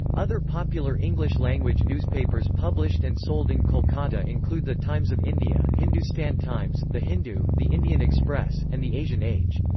other popular english-language newspapers published and sold in kolkata include the times of india, hindustan times, the hindu, the indian express, and the asian age.